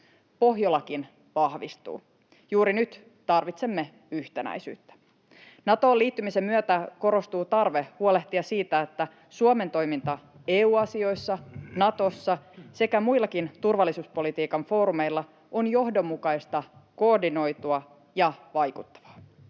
Pohjolakin vahvistuu. Juuri nyt tarvitsemme yhtenäisyyttä. Natoon liittymisen myötä korostuu tarve huolehtia siitä, että Suomen toiminta EU-asioissa, Natossa sekä muillakin turvallisuuspolitiikan foorumeilla on johdonmukaista, koordinoitua ja vaikuttavaa.